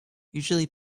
usually